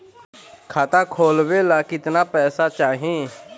खाता खोलबे ला कितना पैसा चाही?